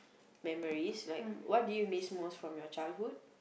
memories like what do you miss most from your childhood